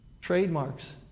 trademarks